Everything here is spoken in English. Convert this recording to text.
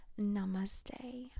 Namaste